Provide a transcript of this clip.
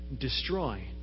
destroy